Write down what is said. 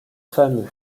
femme